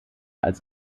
als